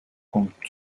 comptes